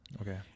okay